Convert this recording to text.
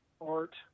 art